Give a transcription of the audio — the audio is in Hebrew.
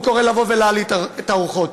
הוא קורא לבוא ולהלהיט את הרוחות.